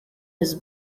his